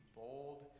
bold